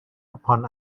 upon